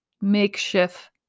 makeshift